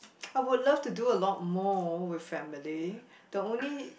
I would love to do a lot more with family the only